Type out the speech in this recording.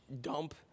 dump